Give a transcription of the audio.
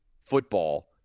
football